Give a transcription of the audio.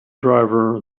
driver